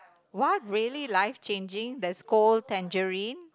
what really life changing that scold tangerine